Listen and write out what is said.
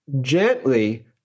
gently